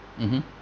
mmhmm